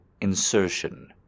insertion